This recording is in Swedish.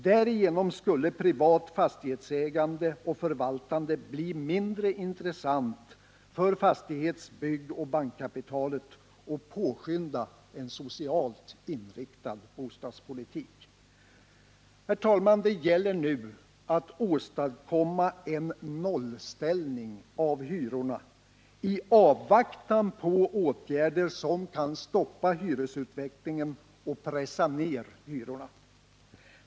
Därigenom skulle privat fastighetsägande och förvaltande bli mindre intressant för fastighets-, byggoch bankkapitalet och påskynda en socialt inriktad bostadspolitik. Det gäller nu att åstadkomma en nollställning av hyrorna i avvaktan på åtgärder som kan stoppa hyresutvecklingen och pressa ned hyrorna.